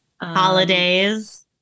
Holidays